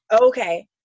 Okay